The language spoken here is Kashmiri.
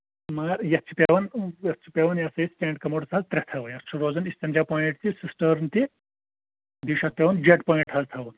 مَگر یِتھ چھُ پیوان یِتھ چھُ پیوان یہِ سایہِ سِٹینٛڈ کَموڈس تل ترے تھاوٕنۍ اَتھ چھُ روزان اِستینجا پوینٹ تہِ سِسٹٲرٕن تہِ بیٚیہِ چھُ اَتھ پیوان جٹ پوینٹ حظ تھاوُن